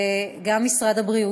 וגם את משרד הבריאות,